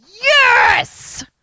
Yes